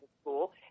school